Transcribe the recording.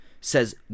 says